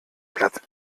platz